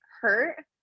hurt